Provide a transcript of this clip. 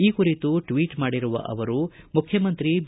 ಈ ಕುರಿತು ಟ್ವೀಟ್ ಮಾಡಿರುವ ಅವರು ಮುಖ್ಯಮಂತ್ರಿ ಬಿ